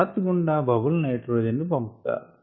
బ్రాత్ గుండా bubble nitrogen ను పంపుతారు